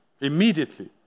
immediately